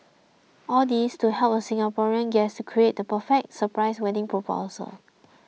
all this to help a Singaporean guest create the perfect surprise wedding proposal